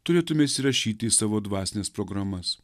turėtume įsirašyti į savo dvasines programas